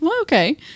Okay